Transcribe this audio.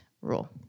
rule